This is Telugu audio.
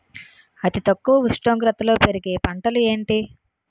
అతి తక్కువ ఉష్ణోగ్రతలో పెరిగే పంటలు ఏంటి?